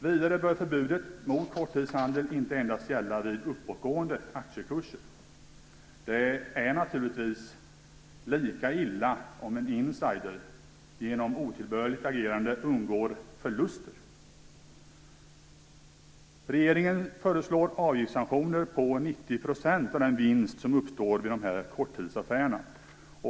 Vidare bör förbudet mot korttidshandel inte endast gälla vid uppåtgående aktiekurser. Det är naturligtvis lika illa om en insider genom otillbörligt agerande undgår förluster. Regeringen föreslår avgiftssanktioner på 90 % av den vinst som uppstår vid korttidsaffärer.